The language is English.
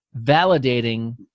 validating